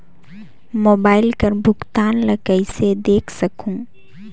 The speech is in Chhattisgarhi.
मोबाइल कर भुगतान ला कइसे देख सकहुं?